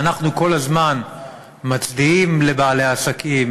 אנחנו כל הזמן מצדיעים לבעלי העסקים,